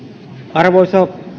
arvoisa